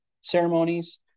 ceremonies